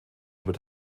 über